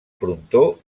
frontó